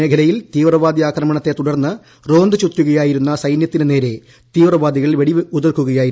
മേഖലയിൽ തീവ്രവാദി ആക്രമണത്തെ തുടർന്ന് റ്റോന്തുചുറ്റുകയായിരുന്ന സൈന്യത്തിന് നേരെ തീവ്രവാദികൾ വെടി ഉതിർക്കുകയായിരുന്നു